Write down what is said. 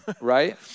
Right